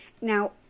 Now